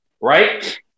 right